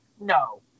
No